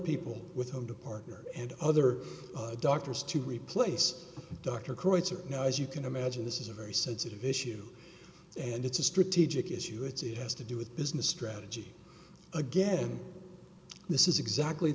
people with whom to partner and other doctors to replace dr kreutzer now as you can imagine this is a very sensitive issue and it's a strategic issue it's it has to do with business strategy again this is exactly